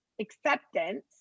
acceptance